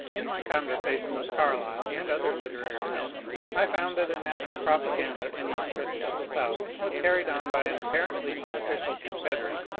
in my conversation with carlyle and other literary men i found that an active propaganda in the interest of the south was carried on by an apparently unofficial confederate,